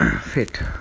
fit